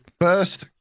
First